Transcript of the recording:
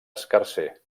escarser